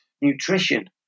nutrition